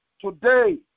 today